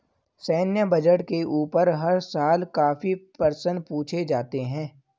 सैन्य बजट के ऊपर हर साल काफी प्रश्न पूछे जाते हैं